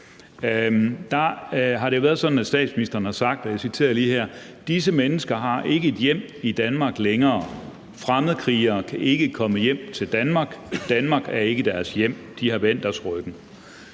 det jo været sådan, at statsministeren har sagt, og jeg citerer lige her: Disse mennesker har ikke et hjem i Danmark længere, fremmedkrigere kan ikke komme hjem til Danmark, Danmark er ikke deres hjem. De har vendt os ryggen.